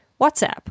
WhatsApp